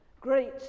Great